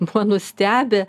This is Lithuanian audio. buvo nustebę